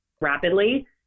rapidly